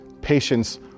patience